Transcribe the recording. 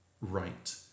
right